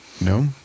No